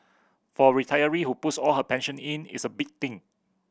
for a retiree who puts all her pension in it's a big thing